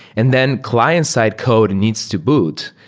and then client-side code needs to boot,